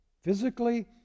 physically